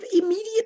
immediate